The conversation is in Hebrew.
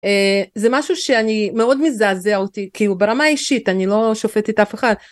זה משהו שאני מאוד מזעזע אותי כאילו ברמה אישית אני לא שופטת אף אחד.